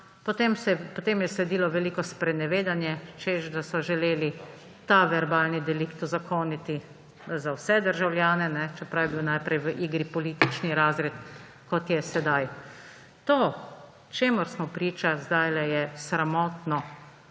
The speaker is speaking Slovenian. potem je sledilo veliko sprenevedanje, češ da so želeli ta verbalni delikt uzakoniti za vse državljane, čeprav je bil najprej v igri politični razred, kot je sedaj. To, čemur smo priča zdajle, je sramotno,